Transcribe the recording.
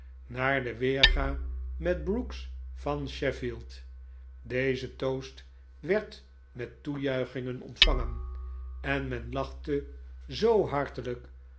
naar de weerga met brooks van sheffield deze toast werd met toejuichingen ontvangen en men lachte zoo hartelijk